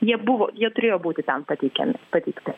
jie buvo jie turėjo būti ten pateikiami pateikti